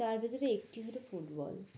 তার ভেিতরে একটি হলো ফুটবল